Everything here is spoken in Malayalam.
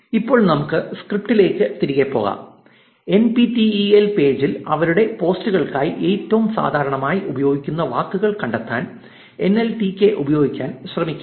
ഇപ്പോൾ നമുക്ക് നമ്മുടെ സ്ക്രിപ്റ്റിലേക്ക് തിരികെ പോകാം N P T E L പേജിൽ അവരുടെ പോസ്റ്റുകൾക്കായി ഏറ്റവും സാധാരണയായി ഉപയോഗിക്കുന്ന വാക്കുകൾ കണ്ടെത്താൻ എൻഎൽടികെ ഉപയോഗിക്കാൻ ശ്രമിക്കാം